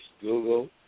Google